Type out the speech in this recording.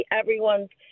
everyone's